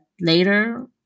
later